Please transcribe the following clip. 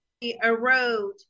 erode